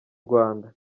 rwanda